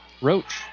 Roach